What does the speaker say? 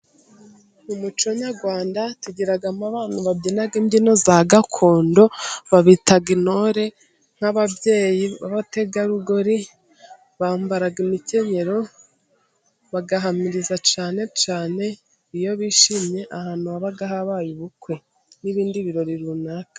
Mu muco nyarwanda tugiramo abantu babyina imbyino za gakondo babita intore, n'ababyeyi abategarugori, bambara imikenyero bagahamiriza, cyane cyane iyo bishimye ahantu haba habaye ubukwe n'ibindi birori runaka.